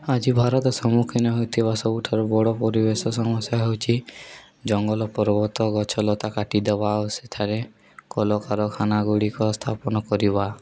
ଆଜି ଭାରତ ସମ୍ମୁଖୀନ ହେଉଥିବା ସବୁଠାରୁ ବଡ଼ ପରିବେଶ ସମସ୍ୟା ହେଉଛି ଜଙ୍ଗଲ ପର୍ବତ ଗଛଲତା କାଟି ଦେବା ଆଉ ସେଠାରେ କଳକାରଖାନା ଗୁଡ଼ିକ ସ୍ଥାପନ କରିବା